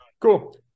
Cool